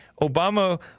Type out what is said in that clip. Obama